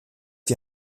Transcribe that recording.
die